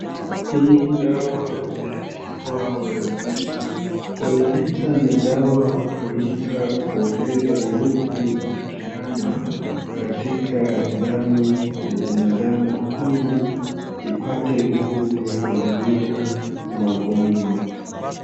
Hii dawa imeandikwa Wellvita. Wellvita ni dawa hutumika kuongeza nguvu ya kiayoni katika damu ya binadamu iliipate nguvu ya kuzuia magonjwa.